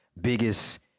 biggest